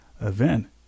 event